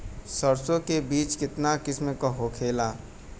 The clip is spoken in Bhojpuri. सरसो के बिज कितना किस्म के होखे ला?